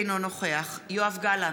אינו נוכח יואב גלנט,